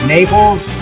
Naples